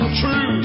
true